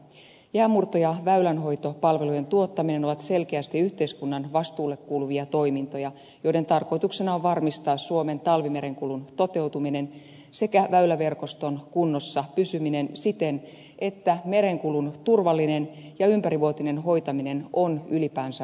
jäänmurto ja väylänhoitopalvelujen tuottaminen ovat selkeästi yhteiskunnan vastuulle kuuluvia toimintoja joiden tarkoituksena on varmistaa suomen talvimerenkulun toteutuminen sekä väyläverkoston kunnossa pysyminen siten että merenkulun turvallinen ja ympärivuotinen hoitaminen on ylipäänsä mahdollista